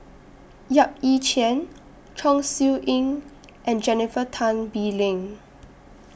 Yap Ee Chian Chong Siew Ying and Jennifer Tan Bee Leng